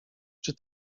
czy